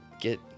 get